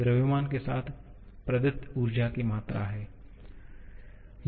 द्रव्यमान के साथ प्रदत्त ऊर्जा की मात्रा है